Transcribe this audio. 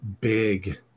big